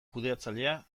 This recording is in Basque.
kudeatzailea